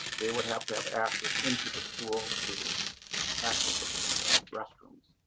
they would have to have access into the school to access the restrooms.